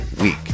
week